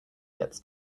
gets